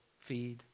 feed